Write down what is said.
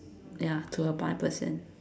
ya to a blind person